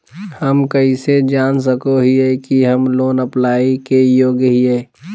हम कइसे जान सको हियै कि हम लोन अप्लाई के योग्य हियै?